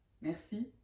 Merci